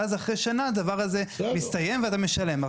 ואז אחרי שנה הדבר הזה מסתיים ואתה משלם.